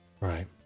Right